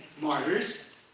martyrs